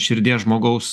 širdies žmogaus